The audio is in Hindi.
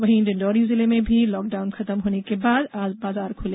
वहीं डिडौरी जिले में भी लाकडाउन खत्म होने के बाद आज बाजार खुले